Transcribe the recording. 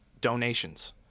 donations